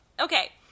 Okay